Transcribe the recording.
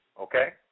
okay